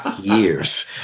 years